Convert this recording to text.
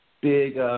big